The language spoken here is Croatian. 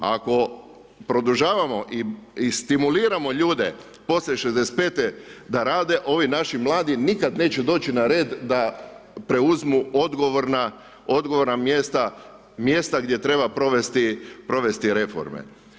Ako produžavamo i stimuliramo ljude poslije 65.-te da rade, ovi naši mladi nikada neće doći na red da preuzmu odgovorna mjesta, mjesta gdje treba provesti reforme.